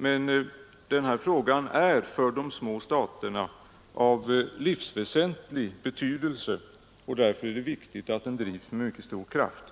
Men denna fråga är för de små staterna av livsväsentlig betydelse, och därför är det viktigt att den drivs med mycket stor kraft.